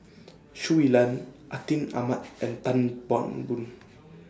Shui Lan Atin Amat and Tan Chan Boon